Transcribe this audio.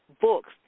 books